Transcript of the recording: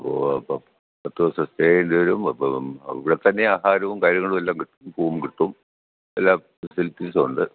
ഓ അപ്പം പത്തു ദിവസം സ്റ്റേ ചെയ്യേണ്ടി വരും അപ്പം ഇവിടെത്തന്നെ ആഹാരവും കാര്യങ്ങളുമെല്ലാം കിട്ടും റൂം കിട്ടും എല്ലാ ഫെസിലിറ്റീസുമുണ്ട്